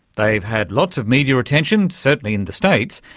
they've had lots of media attention, certainly in the states,